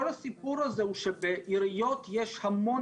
כל הסיפור הזה הוא שבעיריות יש המון